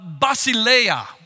basileia